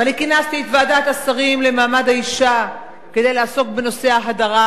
וכינסתי את ועדת השרים למעמד האשה כדי לעסוק בנושא ההדרה,